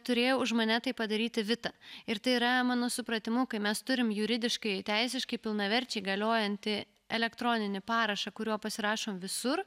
turėjo už mane tai padaryti vita ir tai yra mano supratimu kai mes turim juridiškai teisiškai pilnaverčiai galiojantį elektroninį parašą kuriuo pasirašom visur